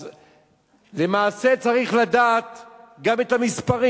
אז למעשה, צריך לדעת גם את המספרים: